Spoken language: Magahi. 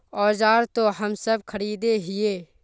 औजार तो हम सब खरीदे हीये?